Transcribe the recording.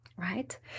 right